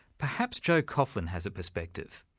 perhaps joe coughlin has a perspective.